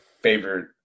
favorite